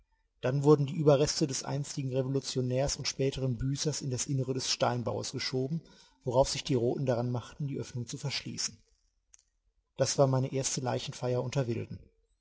dann wurden die ueberreste des einstigen revolutionärs und späteren büßers in das innere des steinbaues geschoben worauf sich die roten daran machten die oeffnung zu verschließen das war meine erste leichenfeier